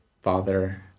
father